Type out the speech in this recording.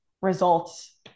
results